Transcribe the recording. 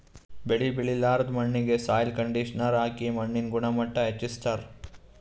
ಬೆಳಿ ಬೆಳಿಲಾರ್ದ್ ಮಣ್ಣಿಗ್ ಸಾಯ್ಲ್ ಕಂಡಿಷನರ್ ಹಾಕಿ ಮಣ್ಣಿನ್ ಗುಣಮಟ್ಟ್ ಹೆಚಸ್ಸ್ತಾರ್